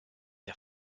der